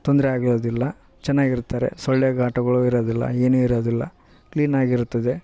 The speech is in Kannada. ತೊಂದರೆಯಾಗಿರೋದಿಲ್ಲ ಚೆನ್ನಾಗಿರ್ತಾರೆ ಸೊಳ್ಳೆಕಾಟಗೋಳು ಇರೋದಿಲ್ಲ ಏನು ಇರೋದಿಲ್ಲ ಕ್ಲೀನಾಗಿರುತ್ತದೆ